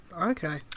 Okay